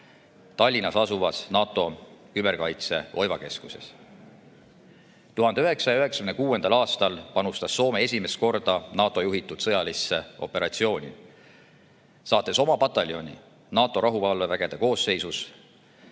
Tallinnas asuvas NATO küberkaitse oivakeskuses. 1996. aastal panustas Soome esimest korda NATO juhitud sõjalisse operatsiooni, saates oma pataljoni NATO rahuvalvevägede koosseisu